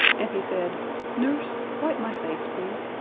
and he said nurse, wipe my face, please.